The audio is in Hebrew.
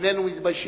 איננו מתביישים.